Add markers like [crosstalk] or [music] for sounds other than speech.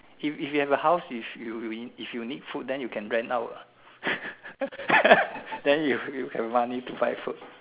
if if you have a house if if you if you need food then you can rent out what [laughs] then you you have money to buy food